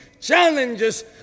challenges